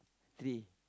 three